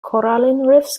korallenriffs